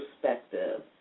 perspective